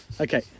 Okay